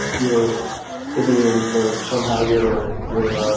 you're immune or somehow you're you're ah